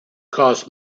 cost